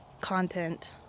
content